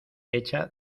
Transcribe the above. hecha